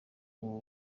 ubu